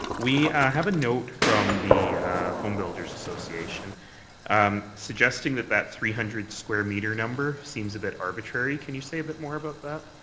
we have a note from the home builders' association um suggesting that that three hundred square meter number seems a bit arbitrary. can you say a bit more about that?